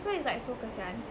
so it's like so kasihan